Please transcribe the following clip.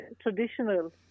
traditional